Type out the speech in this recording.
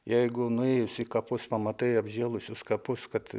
jeigu nuėjus į kapus pamatai apžėlusius kapus kad